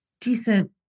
decent